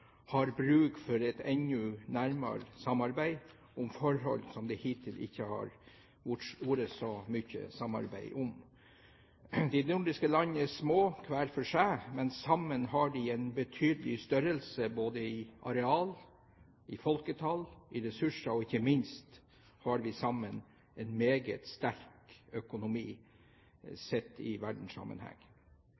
har bruk for et enda nærere samarbeid om forhold det hittil ikke har vært så mye samarbeid om. De nordiske landene er små hver for seg, men sammen har vi en betydelig størrelse både når det gjelder areal, folketall og ressurser – ikke minst har vi sammen en meget sterk økonomi